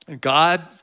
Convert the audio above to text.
God